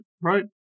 right